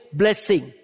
blessing